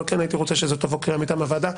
אבל כן הייתי רוצה שתבוא קריאה מטעם הוועדה